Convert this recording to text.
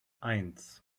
eins